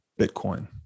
Bitcoin